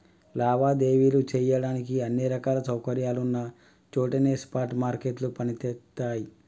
లావాదేవీలు చెయ్యడానికి అన్ని రకాల సౌకర్యాలున్న చోటనే స్పాట్ మార్కెట్లు పనిచేత్తయ్యి